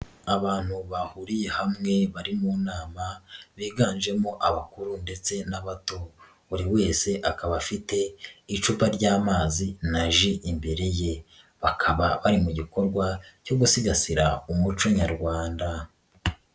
Abantu bahuriye hamwe bari mu nama biganjemo abakuru ndetse n'abato, buri wese akaba afite icupa ry'amazi na ji imbere ye, bakaba bari mu gikorwa cyo gusigasira umuco nyarwanda.